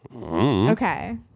Okay